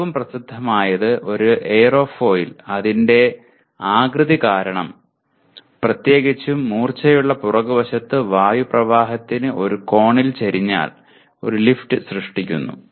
ഏറ്റവും പ്രസിദ്ധമായത് ഒരു എയർഫോയിൽ അതിന്റെ ആകൃതി കാരണം പ്രത്യേകിച്ചും മൂർച്ചയുള്ള പുറകുവശത്ത് വായു പ്രവാഹത്തിലേക്ക് ഒരു കോണിൽ ചെരിഞ്ഞാൽ ഒരു ലിഫ്റ്റ് സൃഷ്ടിക്കുന്നു